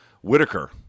Whitaker